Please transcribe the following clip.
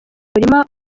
murima